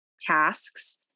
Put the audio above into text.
tasks